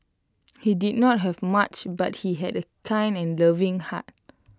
he did not have much but he had A kind and loving heart